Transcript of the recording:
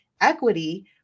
equity